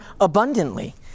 abundantly